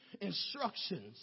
instructions